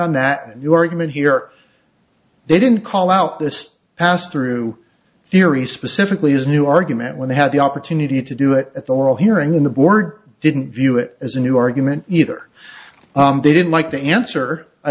on that your argument here they didn't call out this pass through theory specifically is new argument when they had the opportunity to do it at the oral hearing in the board didn't view it as a new argument either they didn't like the answer i